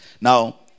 Now